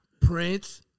Prince